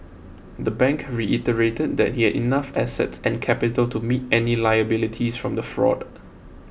the bank reiterated that it had enough assets and capital to meet any liabilities from the fraud